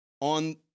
on